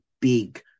big